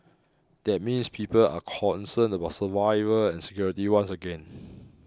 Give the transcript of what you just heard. that means people are concerned about survival and security once again